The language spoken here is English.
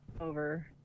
over